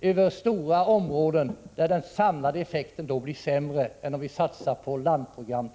över stora områden, då den samlade effekten blir sämre än om vi satsar på t.ex. landprogram.